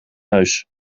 neus